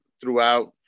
throughout